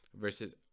versus